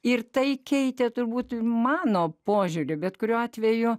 ir tai keitė turbūt mano požiūriu bet kuriuo atveju